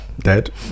dead